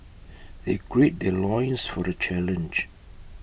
they gird their loins for the challenge